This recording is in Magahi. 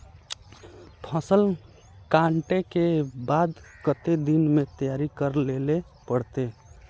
फसल कांटे के बाद कते दिन में तैयारी कर लेले पड़ते?